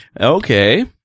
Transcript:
Okay